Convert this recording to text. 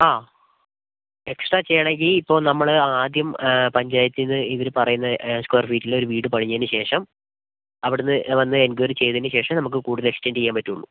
ആ എക്സ്ട്രാ ചെയ്യണമെങ്കിൽ ഇപ്പോൾ നമ്മൾ ആദ്യം പഞ്ചായത്തിൽ നിന്ന് ഇവർ പറയുന്ന സ്ക്വയർ ഫീറ്റ് ഒരു വീട് പണിഞ്ഞതിനു ശേഷം അവിടെ നിന്ന് വന്ന് എൻക്വയറി ചെയ്തതിന് ശേഷം നമുക്ക് കൂടുതൽ എക്സ്റ്റൻഡ് ചെയ്യാൻ പറ്റുള്ളൂ